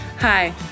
Hi